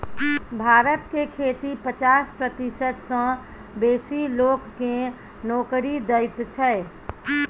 भारत के खेती पचास प्रतिशत सँ बेसी लोक केँ नोकरी दैत छै